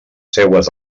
seues